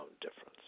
difference